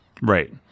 right